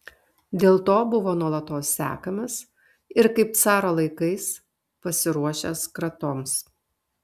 dėl to buvo nuolatos sekamas ir kaip caro laikais pasiruošęs kratoms